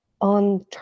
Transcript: on